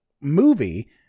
movie